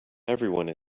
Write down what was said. everyone